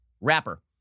rapper